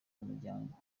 umuryango